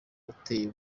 uteye